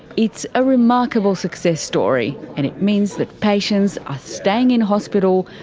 it's a remarkable success story and it means that patients are staying in hospital,